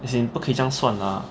as in 不可以这样算 lah